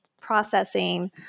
processing